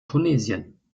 tunesien